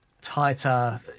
tighter